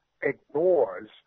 ignores